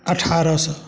अठारह सओ